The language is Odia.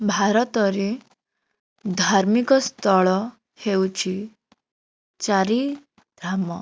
ଭାରତରେ ଧାର୍ମିକ ସ୍ଥଳ ହେଉଛି ଚାରି ଧାମ